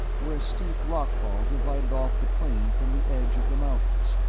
where a steep rock-fall divided off the plain from the edge of the mountains.